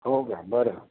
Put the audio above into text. हो का बरं